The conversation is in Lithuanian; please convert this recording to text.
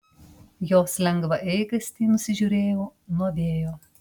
jos lengvą eigastį nusižiūrėjau nuo vėjo